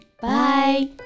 Bye